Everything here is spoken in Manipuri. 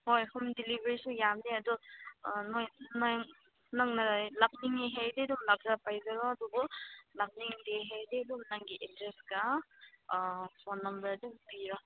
ꯍꯣꯏ ꯍꯣꯝꯗꯤꯂꯤꯕꯔꯤꯁꯨ ꯌꯥꯕꯅꯦ ꯑꯗꯣ ꯅꯣꯏ ꯅꯪꯅ ꯂꯥꯛꯅꯤꯡꯏ ꯍꯥꯏꯔꯗꯤ ꯂꯥꯛꯂꯒ ꯄꯥꯏꯖꯔꯣ ꯑꯗꯨꯕꯨ ꯂꯥꯛꯅꯤꯡꯗꯦ ꯍꯥꯏꯔꯗꯤ ꯑꯗꯨꯝ ꯅꯪꯒꯤ ꯑꯦꯗ꯭ꯔꯦꯁꯀ ꯐꯣꯟ ꯅꯃꯕꯔꯗꯨ ꯄꯤꯔꯣ